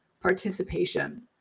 participation